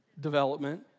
Development